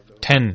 Ten